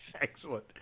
Excellent